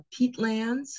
peatlands